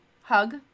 hug